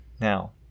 Now